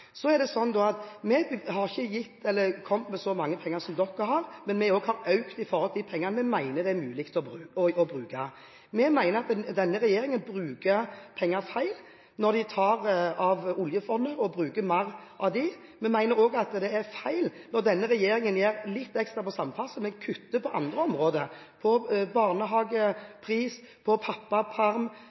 så mange penger som de har, men også vi har økt med så mye penger vi mener det er mulig å bruke. Vi mener at denne regjeringen bruker penger feil når de tar av oljefondet og bruker mer av det. Vi mener også det er feil når denne regjeringen gir litt ekstra til samferdsel, men kutter på andre områder som barnehagepris, pappaperm og på